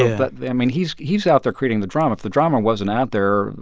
but, i mean, he's he's out there creating the drama. if the drama wasn't out there,